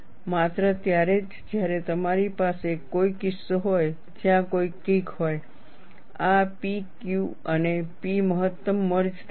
માત્ર ત્યારે જ જ્યારે તમારી પાસે કોઈ કિસ્સો હોય જ્યાં કોઈ કિંક હોય આ P Q અને P મહત્તમ મર્જ થાય છે